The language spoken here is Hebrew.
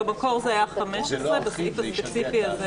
במקור זה היה 15. זה לא אחיד, זה ישגע את האנשים.